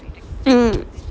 mm